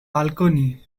balcony